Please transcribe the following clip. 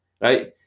right